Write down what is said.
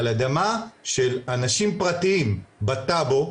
על אדמה של אנשים פרטיים בטאבו,